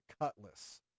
cutlass